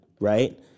right